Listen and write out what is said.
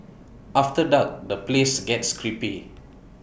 after dark the place gets creepy